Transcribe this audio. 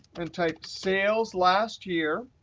and type sales last year.